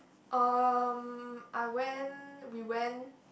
erm I went we went